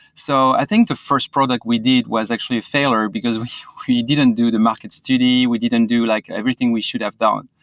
so i think the first product we did was actually a failure, because we we didn't do the market study. we didn't do like everything we should have done,